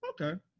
Okay